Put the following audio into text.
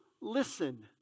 listen